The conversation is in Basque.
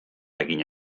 egin